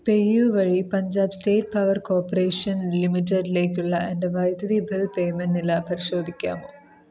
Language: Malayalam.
പേയു വഴി പഞ്ചാബ് സ്റ്റേറ്റ് പവർ കോപ്പറേഷൻ ലിമിറ്റഡിലേക്കുള്ള എൻ്റെ വൈദ്യുതി ബിൽ പേയ്മെൻറ്റ് നില പരിശോധിക്കാമോ